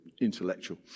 intellectual